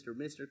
Mr